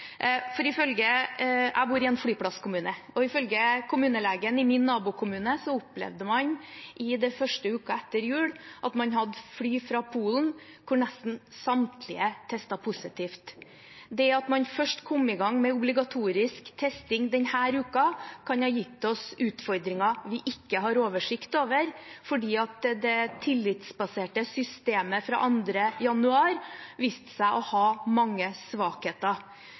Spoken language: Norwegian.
Jeg bor i en flyplasskommune, og ifølge kommunelegen i min nabokommune opplevde man den første uken etter jul at man hadde fly fra Polen der nesten samtlige testet positivt. Det at man først kom i gang med obligatorisk testing denne uken, kan ha gitt oss utfordringer vi ikke har oversikt over fordi det tillitsbaserte systemet fra 2. januar viste seg å ha mange svakheter.